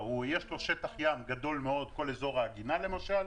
יש לו שטח ים גדול מאוד, כל אזור העגינה למשל.